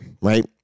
Right